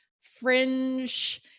fringe